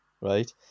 right